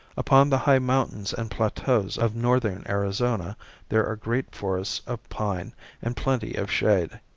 upon the high mountains and plateaus of northern arizona there are great forests of pine and plenty of shade.